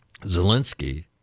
Zelensky